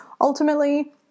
Ultimately